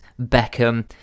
Beckham